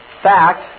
fact